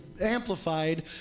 amplified